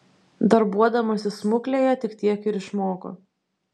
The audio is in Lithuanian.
darbuodamasi smuklėje tik tiek ir išmoko